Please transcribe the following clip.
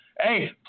Hey